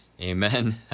Amen